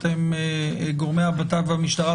גורמי הבט"פ והמשטרה,